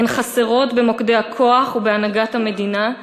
הן חסרות במוקדי הכוח ובהנהגת המדינה,